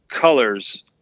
colors